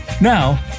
Now